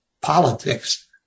politics